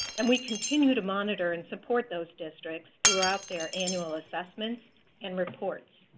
and we continue to monitor and support those districts throughout their annual assessments and reports.